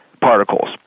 particles